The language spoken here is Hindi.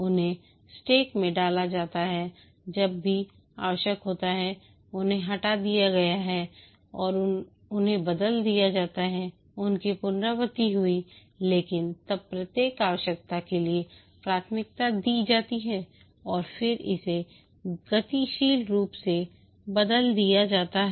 उन्हें स्टैक में डाला जाता है जब भी आवश्यक होता है उन्हें हटा दिया गया है उन्हें बदल दिया जाता है उनकी पुनरावृत्ति हुई लेकिन तब प्रत्येक आवश्यकता के लिए प्राथमिकता दी जाती है और फिर इसे गतिशील रूप से बदल दिया जाता है